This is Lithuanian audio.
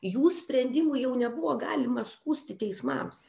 jų sprendimų jau nebuvo galima skųsti teismams